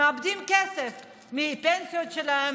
מאבדים כסף מפנסיות שלהם,